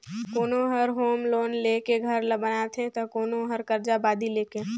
कोनो हर home loan लेके घर ल बनाथे त कोनो हर करजा बादी करके